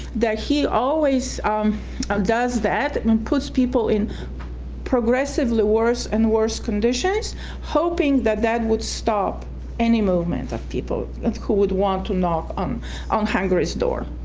that he always um um does that that and and puts people in progressively worse and worse conditions hoping that that would stop any movement of people who would want to knock um on hungary's door.